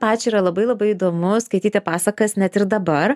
pačiai yra labai labai įdomu skaityti pasakas net ir dabar